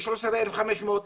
ל-13,500,